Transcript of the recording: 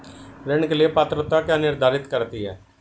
ऋण के लिए पात्रता क्या निर्धारित करती है?